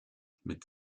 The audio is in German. mit